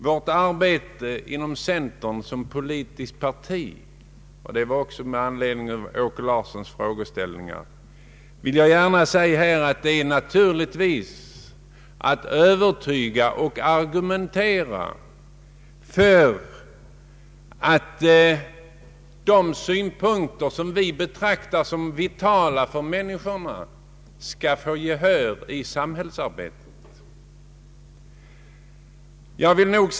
Vårt arbete inom centern såsom politiskt parti — det vill jag framhålla med anledning av herr Åke Larssons fråga om rösterna — är naturligtvis att argumentera för att de synpunkter som vi betraktar såsom vitala för människorna skall vinna gehör i samhällsarbetet.